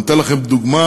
אני אתן לכם דוגמה: